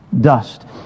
dust